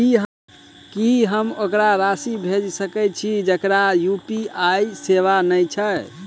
की हम ओकरा राशि भेजि सकै छी जकरा यु.पी.आई सेवा नै छै?